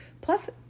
plus